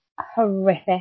horrific